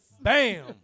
Bam